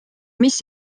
mis